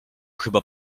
chyba